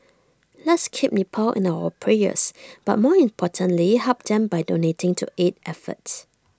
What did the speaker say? let's keep Nepal in our prayers but more importantly help them by donating to aid efforts